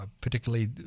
particularly